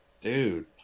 dude